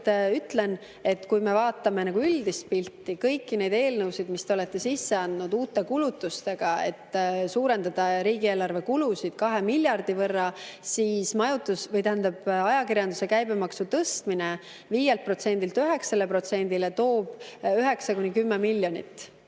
ütlen, et kui me vaatame üldist pilti, kõiki neid eelnõusid, mis te olete sisse andnud uute kulutustega, et suurendada riigieelarve kulusid 2 miljardi võrra, siis ajakirjanduse käibemaksu tõstmine 5%-lt 9%-le toob 9–10 miljonit